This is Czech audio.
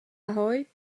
ahoj